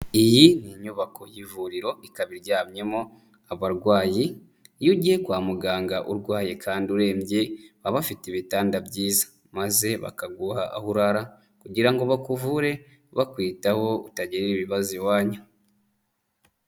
Iyi ni inyubako y'ivuriro ikaba iryamyemo abarwayi, iyo ugiye kwa muganga urwaye kandi urembye, baba bafite ibitanda byiza maze bakaguha aho urara kugira ngo bakuvure bakwitaho utagirira ibibazo iwanyu.